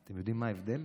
אתם יודעים מה ההבדל?